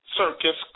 circus